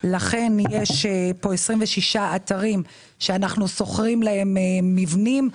לכן יש פה 26 אתרים שאנחנו שוכרים להם מבנים.